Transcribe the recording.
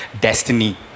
destiny